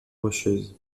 rocheuses